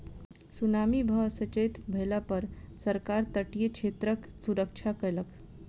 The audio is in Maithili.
सुनामी सॅ सचेत भेला पर सरकार तटीय क्षेत्रक सुरक्षा कयलक